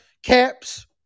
Caps